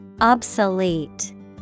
Obsolete